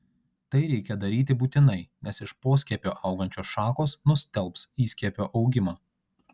tai reikia daryti būtinai nes iš poskiepio augančios šakos nustelbs įskiepio augimą